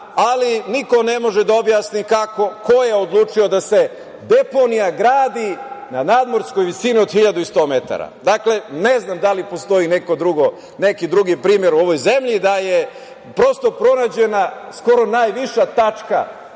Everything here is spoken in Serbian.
ali niko ne može da objasni kako i ko je odlučio da se deponija gradi na nadmorskoj visini od 1.100 metara. Dakle, ne znam da li postoji neki drugi primer u ovoj zemlji da je prosto pronađena skoro najviša tačka